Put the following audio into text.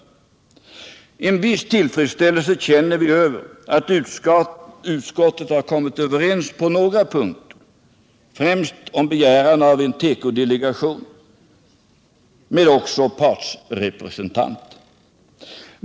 Vi känner en viss tillfredsställelse över att utskottets ledamöter har kommit överens på några punkter, främst om begäran av en tekodelegation men också om partsrepresentanter.